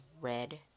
red